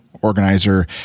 organizer